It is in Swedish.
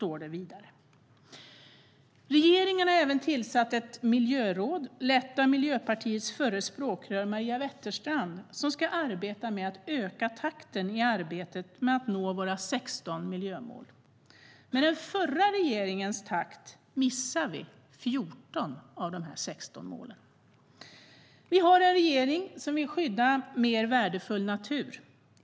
"Regeringen har även tillsatt ett miljöråd, lett av Miljöpartiets förra språkrör Maria Wetterstrand, som ska arbeta med att öka takten för att nå våra 16 miljömål. Med den förra regeringens takt missar vi 14 av 16 mål. Vi har en regering som vill skydda mer värdefull natur.